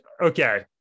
okay